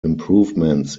improvements